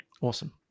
Awesome